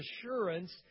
assurance